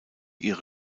ihre